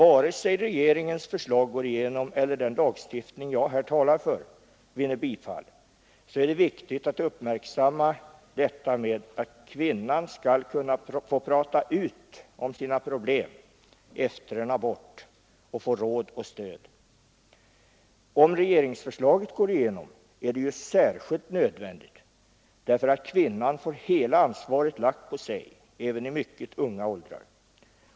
Antingen regeringens förslag går igenom eller den lagstiftning som jag här talar för vinner bifall är det viktigt att uppmärksamma detta med att kvinnan skall kunna prata ut om sina problem efter en abort och få råd och stöd. Om regeringsförslaget går igenom är detta särskilt nödvändigt, därför att hela ansvaret då läggs på kvinnorna även i mycket unga åldrar.